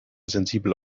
sensibel